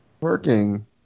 working